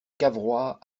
cavrois